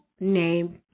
Name